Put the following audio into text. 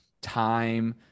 time